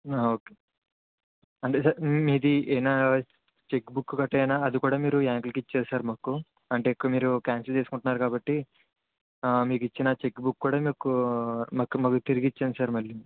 okay అంటే sir మీది ఏమైనా చెక్ బుక్ గట్రా ఏదైనా అది కూడా వెనక్కి ఇచ్చేయాలి సార్ మాకు అంటే ఇక్కడ మీరు క్యాన్సల్ చేస్కుంటున్నారు కాబట్టి ఆ మీకు ఇచ్చిన చెక్ బుక్ కూడా మాకు మాకు తిరిగి ఇచ్చేయండి సార్ మళ్ళీ